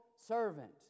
Servant